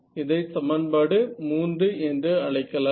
இதை சமன்பாடு 3 என்று அழைக்கலாம்